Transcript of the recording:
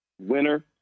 winner